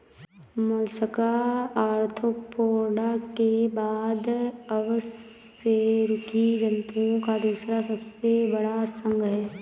Mollusca Arthropoda के बाद अकशेरुकी जंतुओं का दूसरा सबसे बड़ा संघ है